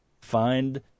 Find